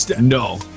No